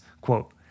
quote